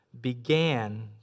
began